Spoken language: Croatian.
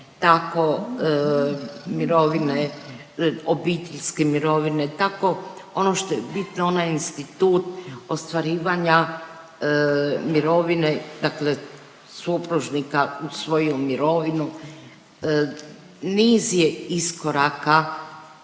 tako obiteljske mirovine tako ono što je bitno onaj institut ostvarivanja mirovine, dakle supružnika uz svoju mirovinu niz je iskoraka